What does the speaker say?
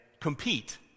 compete